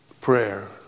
prayer